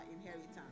inheritance